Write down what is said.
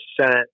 Senate